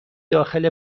داخل